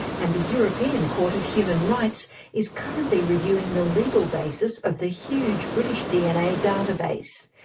and the european court of human rights is currently reviewing the legal basis of the huge british dna database.